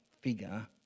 figure